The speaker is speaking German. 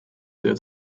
sehr